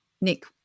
Nick